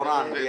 או רן מלמד,